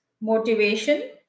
motivation